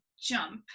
jump